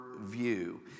view